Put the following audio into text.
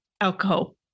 alcohol